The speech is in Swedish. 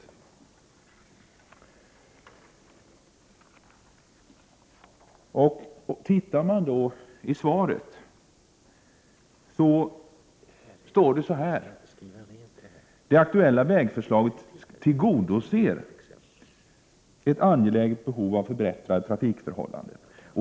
Tittar man i kommunikationsministerns skrivna svar på min fråga, finner man att det står så här: ”Det aktuella vägförslaget tillgodoser ett angeläget behov av förbättrade trafikförhållanden ———.